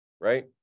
right